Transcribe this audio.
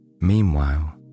Meanwhile